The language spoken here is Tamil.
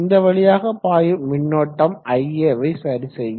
இந்த வழியாக பாயும் மின்னோட்டம் ia வை சரி செய்யும்